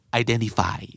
identify